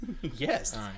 Yes